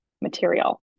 material